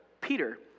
Peter